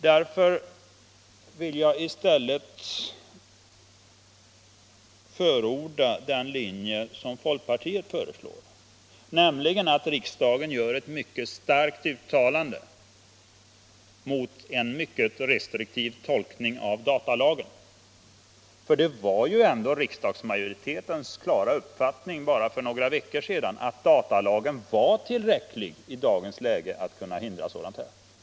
Jag vill i stället förorda den linje som folkpaniet föreslår, nämligen att riksdagen gör ett starkt uttalande för en mycket restriktiv tolkning av datalagen. Det var ju ändå riksdagsmajoritetens klara uppfattning bara för några veckor sedan att datalagen var tillräcklig i dagens läge för att kunna hindra sådana här företeelser.